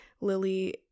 Lily